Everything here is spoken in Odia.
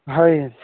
ହଇ